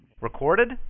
Recorded